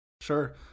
Sure